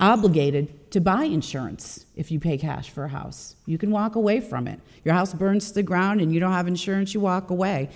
obligated to buy insurance if you pay cash for a house you can walk away from it your house burns the ground and you don't have insurance you walk away